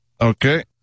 Okay